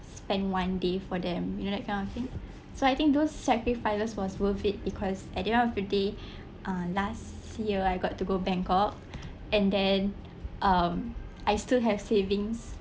spend one day for them you know that kind of thing so I think those sacrifices was worth it because at the end of the day uh last year I got to go bangkok and then um I still have savings